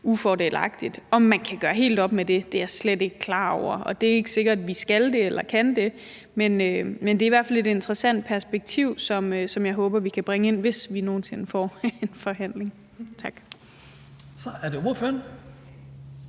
ufordelagtigt. Om man kan gøre helt op med det, er jeg slet ikke sikker på. Det er ikke sikkert, at vi skal eller kan det, men det er i hvert fald et interessant perspektiv, som jeg håber vi kan bringe ind i forhandlingen, hvis vi nogen sinde får en forhandling. Tak. Kl. 18:45 Den